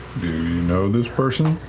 do you know this person?